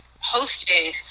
hosting